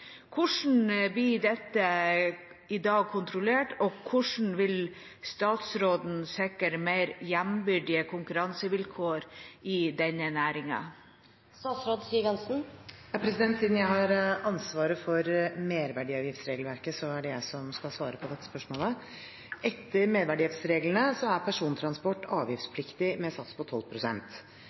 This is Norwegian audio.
dette i dag kontrollert, og korleis vil statsråden sikre meir jambyrdige konkurransevilkår for denne næringa?» Siden jeg har ansvaret for merverdiavgiftsregelverket, er det jeg som skal svare på dette spørsmålet. Etter merverdiavgiftsreglene er persontransport avgiftspliktig med sats på